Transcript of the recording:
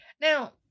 Now